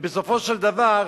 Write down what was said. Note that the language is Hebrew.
ובסופו של דבר,